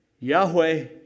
Yahweh